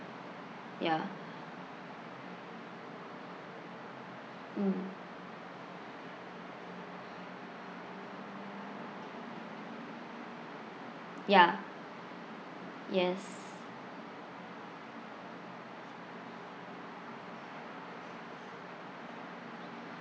ya mm ya yes